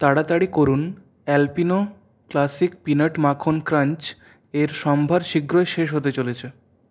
তাড়াতাড়ি করুন Alpino classic peanut মাখন ক্র্যাঞ্চের সম্ভার শীঘ্রই শেষ হতে চলেছে